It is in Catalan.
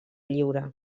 lliure